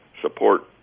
support